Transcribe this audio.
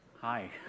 Hi